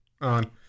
on